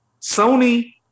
Sony